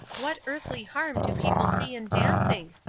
what earthly harm do people see in dancing?